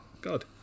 god